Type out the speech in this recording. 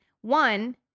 One